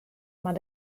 mar